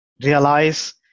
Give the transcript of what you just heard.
realize